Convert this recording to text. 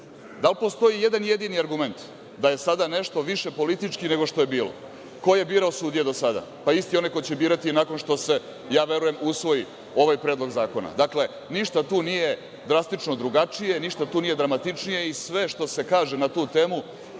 da li postoji jedan jedini argument da je sada nešto više politički nego što je bilo? Ko je birao sudije do sada? Isti onaj koji će birati nakon što se, ja verujem, usvoji ovaj predlog zakona. Dakle, ništa tu nije drastično drugačije. Ništa tu nije dramatičnije i sve što se kaže na tu temu,